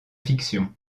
fiction